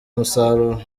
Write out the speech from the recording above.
umusaruro